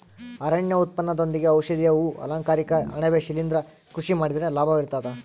ಅರಣ್ಯ ಉತ್ಪನ್ನದೊಂದಿಗೆ ಔಷಧೀಯ ಹೂ ಅಲಂಕಾರಿಕ ಅಣಬೆ ಶಿಲಿಂದ್ರ ಕೃಷಿ ಮಾಡಿದ್ರೆ ಲಾಭ ಇರ್ತದ